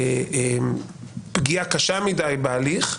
פגעה קשה מדי בהליך.